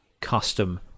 custom